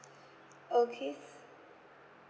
okay